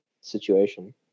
situation